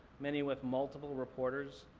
many with multiple reporters.